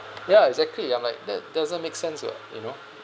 ya exactly I'm like that doesn't make sense what you know